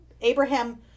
Abraham